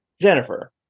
Jennifer